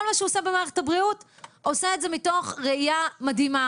כל מה שהוא עושה במערכת הבריאות הוא עושה מתוך ראייה מדהימה.